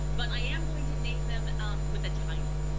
but i am going to name them with a title.